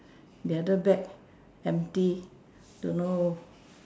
the other bag empty don't know